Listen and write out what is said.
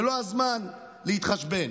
זה לא הזמן להתחשבן